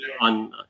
on